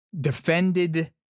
defended